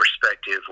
perspective